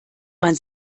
man